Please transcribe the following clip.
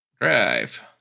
drive